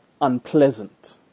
unpleasant